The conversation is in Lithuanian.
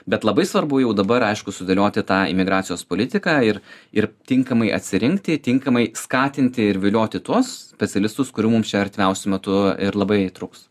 bet labai svarbu jau dabar aišku sudėlioti tą imigracijos politiką ir ir tinkamai atsirinkti tinkamai skatinti ir vilioti tuos specialistus kurių mums čia artimiausiu metu ir labai trūks